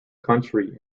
country